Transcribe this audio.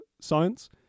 science